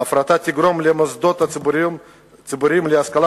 ההפרטה תגרום למוסדות הציבוריים להשכלה